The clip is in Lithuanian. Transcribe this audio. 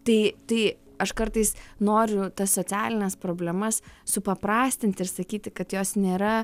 tai tai aš kartais noriu tas socialines problemas supaprastinti ir sakyti kad jos nėra